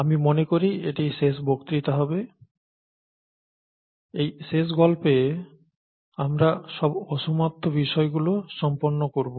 আমি মনেকরি এটি শেষ বক্তৃতা হবে এই শেষ গল্পে আমরা সব অসমাপ্ত বিষয়গুলো সম্পন্ন করব